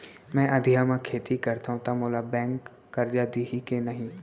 मैं अधिया म खेती करथंव त मोला बैंक करजा दिही के नही?